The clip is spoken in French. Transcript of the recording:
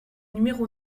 numéro